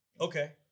Okay